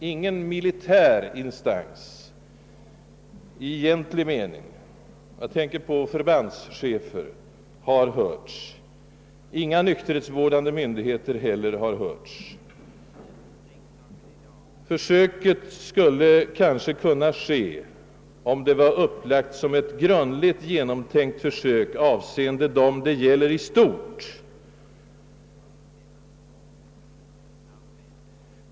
Ingen militär instans i egentlig mening — jag tänker på förbandschefer — har hörts, inga nykterhetsvårdande myndigheter heller. Försöket skulle kunna genomföras, om det vär upplagt som en grundligt genomtänkt försöksverksamhet, avseende dem det gäller i stort.